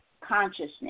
consciousness